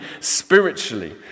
spiritually